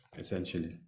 essentially